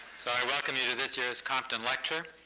so i welcome you to this year's compton lecture.